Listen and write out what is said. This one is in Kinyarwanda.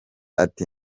ati